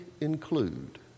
include